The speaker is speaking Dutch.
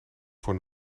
voor